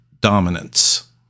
dominance